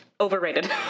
Overrated